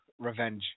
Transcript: Revenge